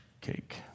cake